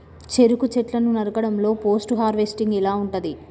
చెరుకు చెట్లు నరకడం లో పోస్ట్ హార్వెస్టింగ్ ఎలా ఉంటది?